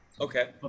Okay